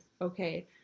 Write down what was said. Okay